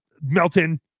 Melton